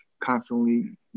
constantly